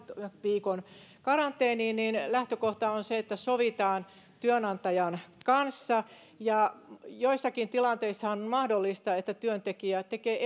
viikon karanteeniin niin lähtökohta on se että sovitaan työnantajan kanssa joissakin tilanteissahan on on mahdollista että työntekijä tekee